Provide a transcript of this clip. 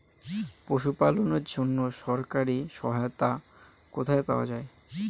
পশু পালনের জন্য সরকারি সহায়তা কোথায় পাওয়া যায়?